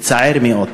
מצער מאוד,